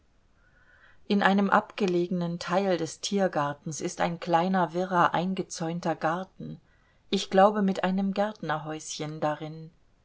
in einem abgelegenen teil des tiergartens ist ein kleiner wirrer eingezäunter garten ich glaube mit einem gärtnerhäuschen darin